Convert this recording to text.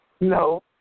No